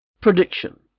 Prediction